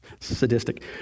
sadistic